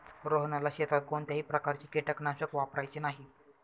रोहनला शेतात कोणत्याही प्रकारचे कीटकनाशक वापरायचे नाही